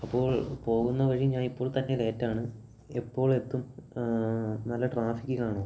അപ്പോൾ പോകുന്ന വഴി ഞാന് ഇപ്പോൾ തന്നെ ലേറ്റ് ആണ് എപ്പോൾ എത്തും നല്ല ട്രാഫിക്ക് കാണുമോ